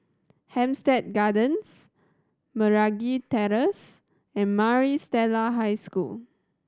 Hampstead Gardens Meragi Terrace and Maris Stella High School